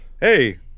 hey